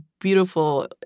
beautiful